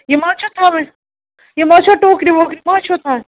یِم ما حظ چھو تھوٕنۍ یِم ما حظ چھو ٹوٗکرِ ووکرِ ما حظ چھو تھاوٕنۍ